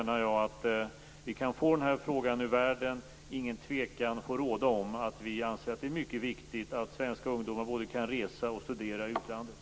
Nu kan vi få den här frågan ur världen, och inga tvivel kan råda om att vi anser att det är mycket viktigt att svenska ungdomar kan både resa och studera i utlandet.